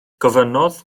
gofynnodd